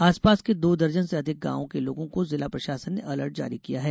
आसपास के दो दर्जन से अधिक गांवों के लोगों को जिला प्रशासन ने अलर्ट जारी किया है